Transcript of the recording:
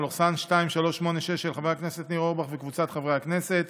של חבר הכנסת ניר אורבך וקבוצת חברי הכנסת,